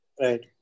Right